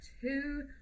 two